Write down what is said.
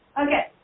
Okay